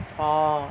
orh